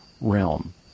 realm